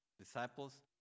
disciples